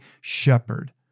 shepherd